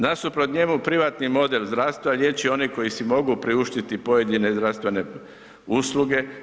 Nasuprot njemu, privatni model zdravstva liječi one koji si mogu priuštiti pojedine zdravstvene usluge.